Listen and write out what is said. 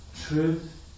Truth